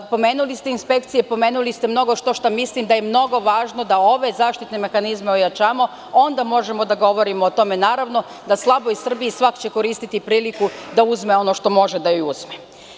Pomenuli ste inspekcije, pomenuli ste mnogo što šta, mislim da je mnogo važno da ove zaštitne mehanizme ojačamo, onda možemo da govorimo o tome, da slaboj Srbiji svako će koristiti priliku da uzme ono što može da joj uzme.